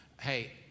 hey